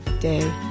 day